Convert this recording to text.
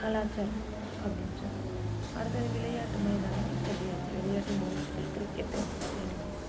கலாச்சாரம் அப்படின்றது அடுத்தது விளையாட்டு மைதானங்கள் சொல்லியாச்சு விளையாட்டு நிகழ்ச்சிகள் கிரிக்கெட்டு அந்த டென்னிஸ்